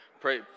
Pray